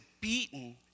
beaten